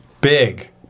big